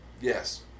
Yes